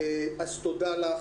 תודה לך,